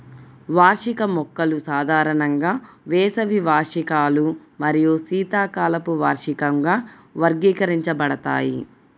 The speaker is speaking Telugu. వార్షిక మొక్కలు సాధారణంగా వేసవి వార్షికాలు మరియు శీతాకాలపు వార్షికంగా వర్గీకరించబడతాయి